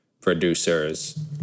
producers